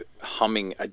humming